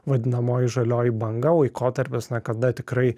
vadinamoji žalioji banga laikotarpius na kada tikrai